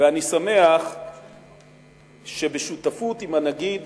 ואני שמח שבשותפות עם הנגיד